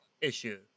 issue